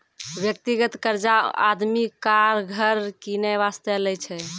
व्यक्तिगत कर्जा आदमी कार, घर किनै बासतें लै छै